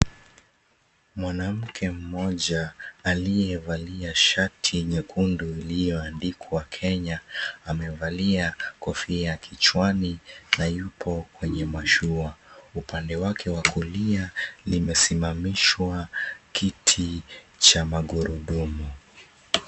Mwanamke mmoja aliyevalia shati nyekundu iliyoandikwa Kenya, amaevalia kofia kichwani na yupo kwenye mashua. Upande wake wa kulia limesimamishwa kiti cha magurudumu.